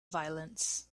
violence